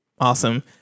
Awesome